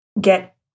get